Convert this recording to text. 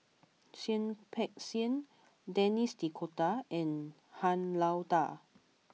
Seah Peck Seah Denis D'Cotta and Han Lao Da